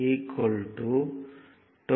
703 22